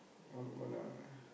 I'm gonna